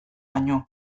baino